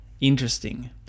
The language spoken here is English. interesting